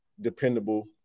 dependable